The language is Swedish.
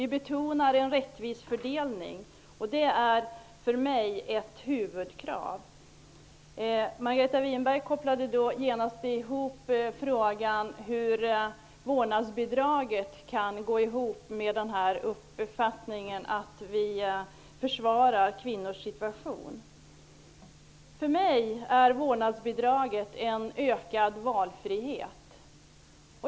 Vi betonar en rättvis fördelning -- det är ett huvudkrav för mig. Margareta Winberg kopplade det genast till frågan om vårdnadsbidraget och frågade hur det kan gå ihop med uppfattningen att vi försvarar kvinnors situation. För mig innebär vårdnadsbidraget ökad valfrihet.